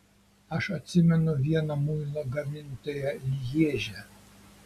aš atsimenu vieną muilo gamintoją lježe